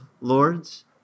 lords